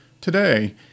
Today